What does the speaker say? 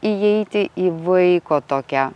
įeiti į vaiko tokią